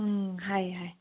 ꯎꯝ ꯍꯥꯏ ꯍꯥꯏ